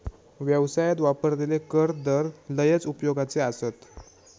व्यवसायात वापरलेले कर दर लयच उपयोगाचे आसत